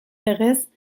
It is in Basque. legez